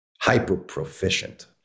hyper-proficient